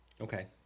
Okay